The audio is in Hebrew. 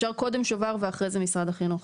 אפשר קודם שובר ואחרי זה משרד החינוך.